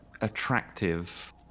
attractive